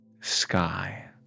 sky